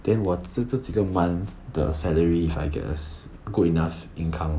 then 我自自己都曼 the salary if I get a good enough income